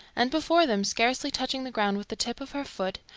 and before them, scarcely touching the ground with the tip of her foot,